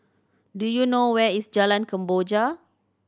do you know where is Jalan Kemboja